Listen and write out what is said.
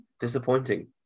Disappointing